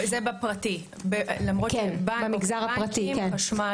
זה בפרטי - בנקים, חשמל --- כן, במגזר הפרטי.